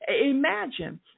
Imagine